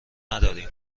نداریم